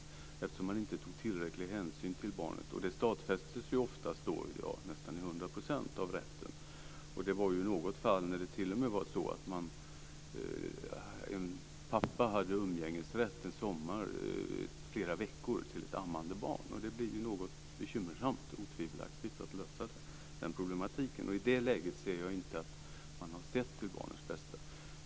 Man tar inte tillräcklig hänsyn till barnet. Och det stadfästs ju sedan i nästan hundra procent av fallen av rätten. Det var t.o.m. något fall där en pappa under en sommar hade umgängesrätt flera veckor till ett ammande barn. Det blir otvivelaktigt något bekymmersamt att lösa den problematiken. I det läget anser jag inte att man har sett till barnets bästa.